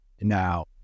now